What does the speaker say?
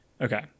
Okay